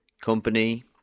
company